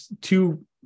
two